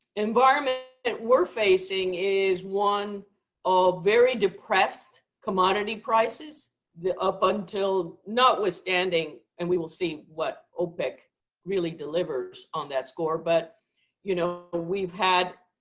environment that we're facing is one of very depressed commodity prices up until notwithstanding, and we will see what opec really delivers on that score. but you know we've had,